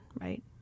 right